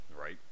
Right